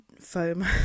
foam